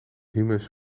humus